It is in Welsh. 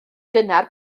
gynnar